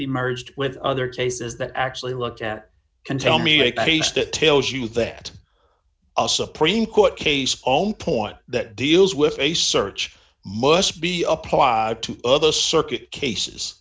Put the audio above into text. be merged with other cases that actually looked at can tell me a case details you that a supreme court case own point that deals with a search must be applied to other circuit cases